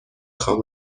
خوام